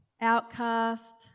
Outcast